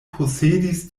posedis